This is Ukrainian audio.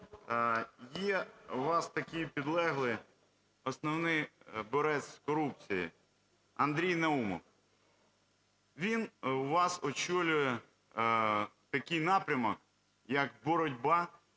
є у вас такий підлеглий, основний борець з корупцією – Андрій Наумов. Він у вас очолює такий напрямок як боротьба